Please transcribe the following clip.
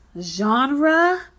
genre